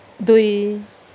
दुई